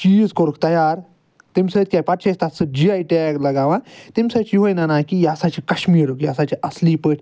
چیٖز کوٚرُکھ تیار تَمہِ سۭتۍ کیٛاہ پَتہٕ چھِ أسۍ تتھ سۭتۍ جی آے ٹیگ لگاوان تَمہِ سۭتۍ چھُ یُہوے نَنان کہِ یہِ ہسا چھُ کَشمیٖرُک یہِ ہَسا چھُ اصلی پٲٹھۍ